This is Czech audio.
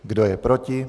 Kdo je proti?